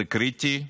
זה קריטי.